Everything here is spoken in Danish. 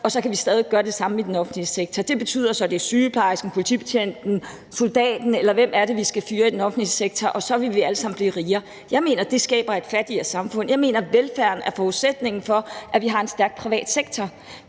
og så kan vi stadig væk gør det samme i den offentlige sektor. Det betyder så, at det er sygeplejersken, politibetjenten, soldaten, eller hvem det nu er, vi skal fyre i den offentlige sektor, og så vil vi alle sammen blive rigere. Jeg mener, det skaber et fattigere samfund. Jeg mener, at velfærden er forudsætningen for, at vi har en stærk privat sektor.